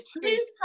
please